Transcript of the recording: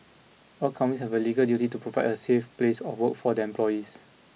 all companies have a legal duty to provide a safe place of work for their employees